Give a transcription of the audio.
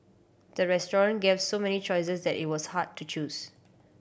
the restaurant gave so many choices that it was hard to choose